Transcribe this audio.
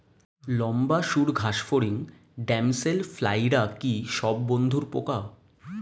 লম্বা সুড় ঘাসফড়িং ড্যামসেল ফ্লাইরা কি সব বন্ধুর পোকা?